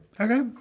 Okay